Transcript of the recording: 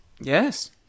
Yes